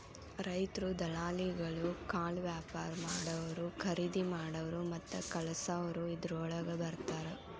ರೈತ್ರು, ದಲಾಲಿಗಳು, ಕಾಳವ್ಯಾಪಾರಾ ಮಾಡಾವ್ರು, ಕರಿದಿಮಾಡಾವ್ರು ಮತ್ತ ಕಳಸಾವ್ರು ಇದ್ರೋಳಗ ಬರ್ತಾರ